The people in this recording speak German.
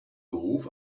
beruf